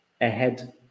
ahead